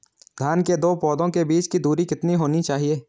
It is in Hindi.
धान के दो पौधों के बीच की दूरी कितनी होनी चाहिए?